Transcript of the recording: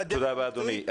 על הדרג המקצועי,